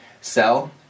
sell